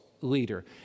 leader